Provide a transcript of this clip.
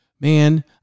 Man